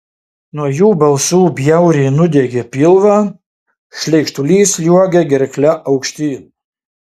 nuo jų balsų bjauriai nudiegia pilvą šleikštulys sliuogia gerkle aukštyn